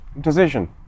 decision